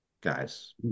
guys